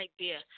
idea